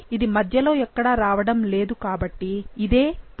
ఇది మద్యలో ఎక్కడా రావడం లేదు కాబట్టి ఇదే 0